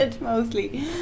mostly